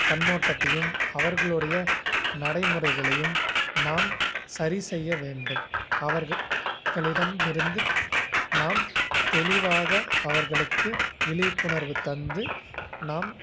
கண்ணோட்டத்தையும் அவர்களுடைய நடைமுறைகளையும் நாம் சரி செய்ய வேண்டும் அவர்களிடம் இருந்துப் நாம் தெளிவாக அவர்களுக்கு விழிப்புணர்வு தந்து நாம்